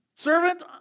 Servant